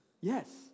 Yes